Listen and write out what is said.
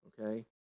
okay